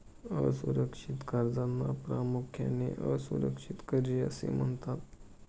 असुरक्षित कर्जांना प्रामुख्याने असुरक्षित कर्जे असे म्हणतात